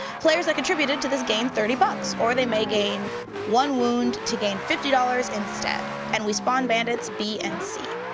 players that contributed to this gain thirty bucks or they may gain one wound to gain fifty dollars instead and we spawn bandits b and c. ooh.